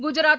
Gujarat